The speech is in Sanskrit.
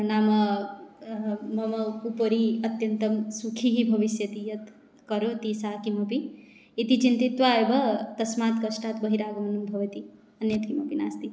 नाम मम उपरि अत्यन्तं सुखी भविष्यति यत् करोति सा किमपि इति चिन्तयित्वा एव तस्मात् कष्टात् बहिरागमनं भवति अन्यत्किमपि नास्ति